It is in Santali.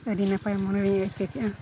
ᱟᱹᱰᱤ ᱱᱟᱯᱟᱭ ᱢᱚᱱᱮ ᱨᱤᱧ ᱟᱹᱭᱠᱟᱹᱣ ᱠᱮᱜᱼᱟ